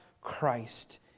Christ